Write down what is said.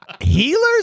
Healers